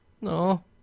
No